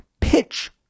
Pitch